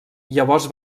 llavors